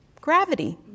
gravity